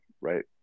right